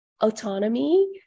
autonomy